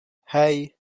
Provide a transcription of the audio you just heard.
hei